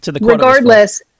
Regardless